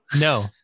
no